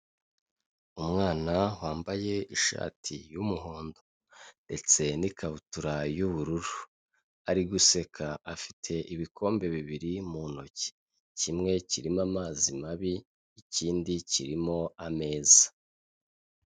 Umwana wambaye ishati y'umuhondo ndetse n'ikabutura y'ubururu, ari guseka afite ibikombe bibiri mu ntoki, kimwe kirimo amazi mabi ikindi kirimo ameza.